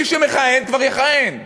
מי שכבר מכהן, יכהן.